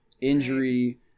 injury